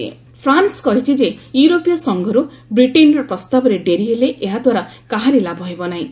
France Brexit France କହିଛି ଯେ ୟୁରୋପୀୟ ସଂଘରୁ ବ୍ରିଟେନ୍ର ପ୍ରସ୍ତାବରେ ଡେରି ହେଲେ ଏହାଦ୍ୱାରା କାହାରି ଲାଭ ହେବନାହିଁ